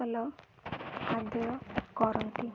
ଭଲ ଖାଦ୍ୟ କରନ୍ତି